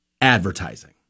Advertising